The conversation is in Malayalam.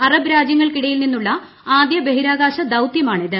അറബ് രാജ്യങ്ങൾക്കിടയിൽ നിന്നുള്ള ആദ്യ ബഹിരാകാശ ദൌത്യമാണ്ടിത്